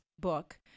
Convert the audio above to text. book